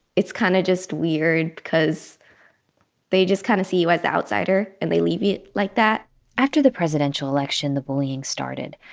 it's kind of just weird because they just kind of see you as the outsider and they leave you like that after the presidential election, the bullying started.